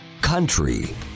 Country